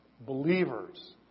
believers